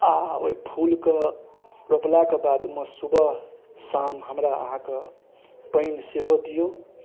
आ ओहि फूलके रोपलाके बादमे सुबह शाम हमरा अहाँकेँ पानि सेहो दियौ